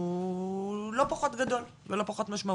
הוא לא פחות גדול ולא פחות משמעותי.